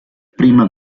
prima